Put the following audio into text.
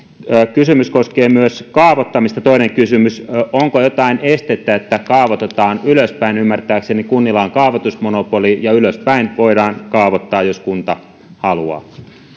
kysymys koskee kaavoittamista onko jotain estettä että kaavoitetaan ylöspäin ymmärtääkseni kunnilla on kaavoitusmonopoli ja ylöspäin voidaan kaavoittaa jos kunta haluaa